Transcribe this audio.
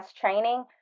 training